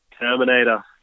Terminator